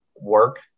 work